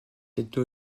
cette